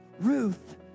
Ruth